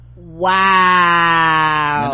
Wow